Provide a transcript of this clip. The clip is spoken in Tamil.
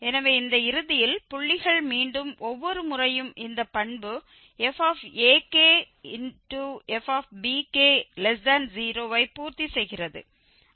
எனவே இந்த இறுதியில் புள்ளிகள் மீண்டும் ஒவ்வொரு முறையும் இந்த பண்பு fakfbk0 ஐ பூர்த்தி செய்கிறது